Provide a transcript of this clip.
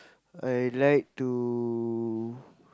I like to